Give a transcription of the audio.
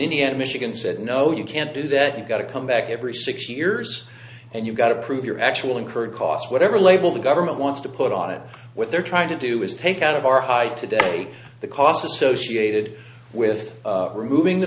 end michigan said no you can't do that you've got to come back every six years and you've got to prove your actual incurred costs whatever label the government wants to put on it what they're trying to do is take out of our high today the cost associated with removing the